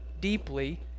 deeply